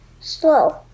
slow